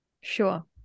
Sure